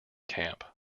camp